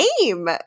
game